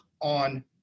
on